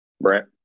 Brent